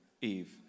Eve